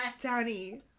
Danny